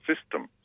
system